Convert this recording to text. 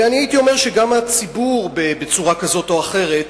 ואני הייתי אומר שגם הציבור בצורה כזאת או אחרת,